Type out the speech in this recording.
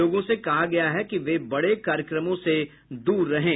लोगों से कहा गया है कि वे बड़े कार्यक्रमों से दूर रहें